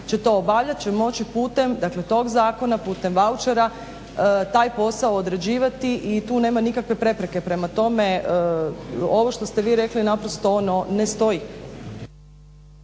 će to obavljat, će moći putem dakle tog zakona, putem vaučera taj posao odrađivati i tu nema nikakve prepreke. Prema tome, ovo što ste vi rekli naprosto ne stoji.